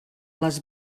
les